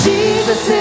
Jesus